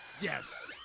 Yes